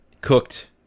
cooked